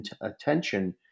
attention